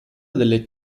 delle